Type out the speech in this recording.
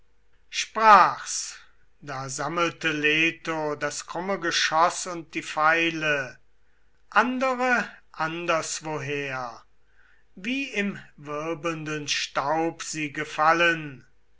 sprach's da sammelte leto das krumme geschoß und die pfeile andere anderswoher wie im wirbelnden staub sie gefallen